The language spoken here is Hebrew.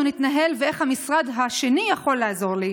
נתנהל ואיך המשרד השני יכול לעזור לי.